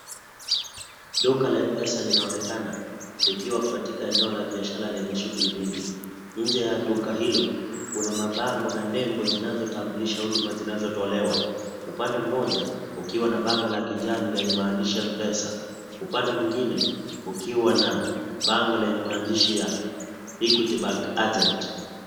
Duka la M pesa linaonekana, likiwa katika eneo la biashara lenye shughuli nyingi. Nje ya duka hilo kuna mabango na nembo zinazotambulisha huduma zinazotolewa. Upande mmoja ukiwa na bango la kijani lenye maandishi ya M pesa ,upande mwingine ukiwa na bango lenye maandishi Equity Bank Agent.